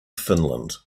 finland